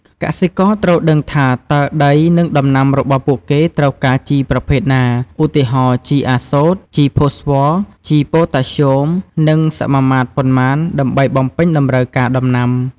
កសិករត្រូវដឹងថាតើដី និងដំណាំរបស់ពួកគេត្រូវការជីប្រភេទណា ឧទាហរណ៍ ជីអាសូត ជីផូស្វ័រ ជីប៉ូតាស្យូម និងសមាមាត្រប៉ុន្មាន ដើម្បីបំពេញតម្រូវការដំណាំ។